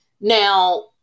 Now